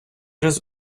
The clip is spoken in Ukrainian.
раз